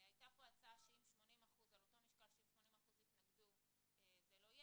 עלתה הצעה שאם 80% יתנגדו זה לא יהיה